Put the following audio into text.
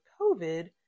COVID